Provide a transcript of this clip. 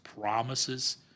promises